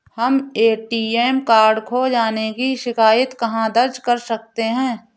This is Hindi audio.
हम ए.टी.एम कार्ड खो जाने की शिकायत कहाँ दर्ज कर सकते हैं?